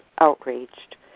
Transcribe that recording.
outraged